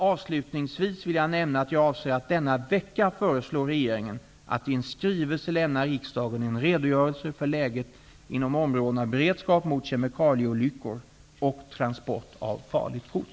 Avslutningsvis vill jag nämna att jag avser att denna vecka föreslå regeringen att i en skrivelse lämna riksdagen en redogörelse för läget inom områdena beredskap mot kemikalieolyckor och transport av farligt gods.